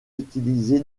utilisé